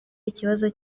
ikibazo